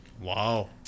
Wow